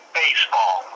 baseball